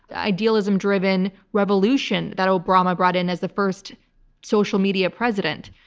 idealism-driven revolution that obama brought in as the first social media president.